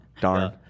Darn